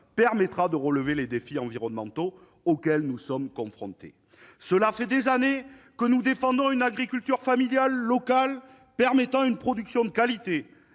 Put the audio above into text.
permettra de relever les défis environnementaux auxquels nous sommes confrontés. Cela fait des années que nous défendons une agriculture familiale, locale, permettant une production de qualité,